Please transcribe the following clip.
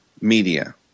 media